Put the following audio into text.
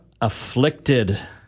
Afflicted